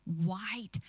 white